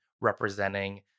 representing